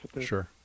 Sure